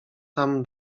tam